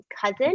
cousin